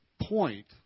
point